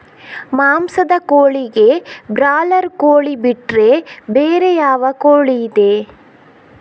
ಮಾಂಸದ ಕೋಳಿಗೆ ಬ್ರಾಲರ್ ಕೋಳಿ ಬಿಟ್ರೆ ಬೇರೆ ಯಾವ ಕೋಳಿಯಿದೆ?